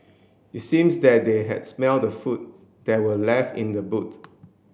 it seems that they had smelt the food that were left in the boot